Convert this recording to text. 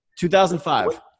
2005